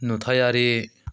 नुथायारि